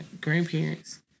grandparents